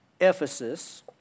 Ephesus